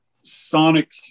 sonic